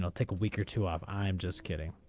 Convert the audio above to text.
take a week or two off i'm just kidding.